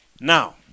now